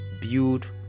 Build